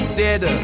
dead